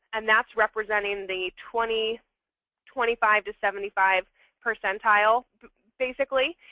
and that's representing the twenty twenty five to seventy five percentile basically.